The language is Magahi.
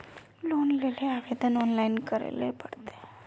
लोन लेले आवेदन ऑनलाइन करे ले पड़ते?